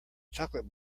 chocolate